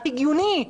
ההגיוני,